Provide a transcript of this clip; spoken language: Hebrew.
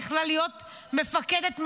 היא יכלה להיות מפקדת מחוז.